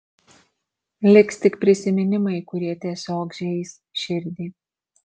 liks tik prisiminimai kurie tiesiog žeis širdį